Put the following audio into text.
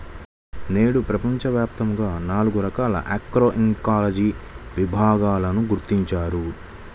నేడు ప్రపంచవ్యాప్తంగా నాలుగు రకాల ఆగ్రోఇకాలజీని విభాగాలను గుర్తించారు